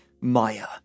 Maya